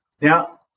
Now